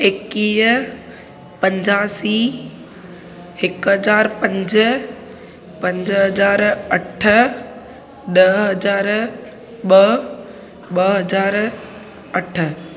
एकवीह पंजासी हिकु हज़ार पंज पंज हज़ार अठ ॾह हज़ार ॿ ॿ हज़ार अठ